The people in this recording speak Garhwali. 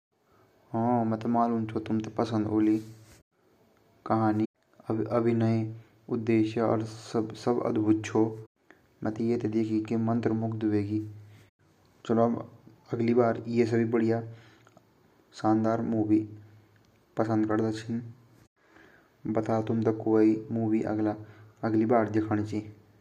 मेरादोस्तान मेते बताई की भई बागबान पिक्चर भोत अछि ची ता मि भी बागबान पिक्चर देखण गयो ता मेते भी वा बागबान पिक्चर इन लगी जन मेरा घरे बात वोली मेरा घर मा भी इनि छिन बहु ची भाई ची बन्द छिन सब छिन अर जब द्वी मिया-बीवी मा बात अछि वोन्दि ता घर भी ठीक रन ता बच्चा भी अगर क्वे बटकीया वोला उ भी अपरा घोर वापिस लौटी ते ए जांदा यानि बात छिन पिक्चरान हामु ते भोत कुछ सीखे जनि अर क्वे हमते निगड भी जनि।